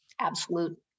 absolute